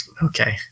Okay